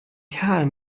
kerl